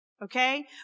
Okay